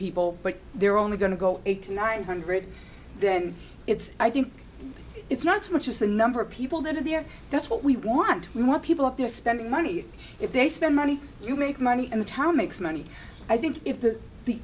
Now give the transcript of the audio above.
people but they're only going to go eighty nine hundred then it's i think it's not so much as the number of people that are there that's what we want we want people out there spending money if they spend money you make money and the time makes money i think if the the